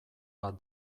bat